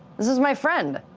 this is my friend.